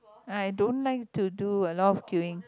I don't like to do a lot of queuing